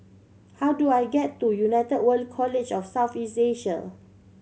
how do I get to United World College of South East Asia